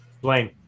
Blaine